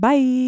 Bye